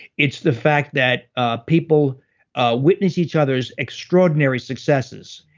it's the fact that ah people witness each other's extraordinary successes.